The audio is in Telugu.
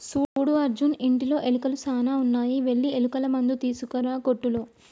సూడు అర్జున్ ఇంటిలో ఎలుకలు సాన ఉన్నాయి వెళ్లి ఎలుకల మందు పట్టుకురా కోట్టులో